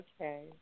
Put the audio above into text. Okay